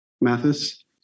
Mathis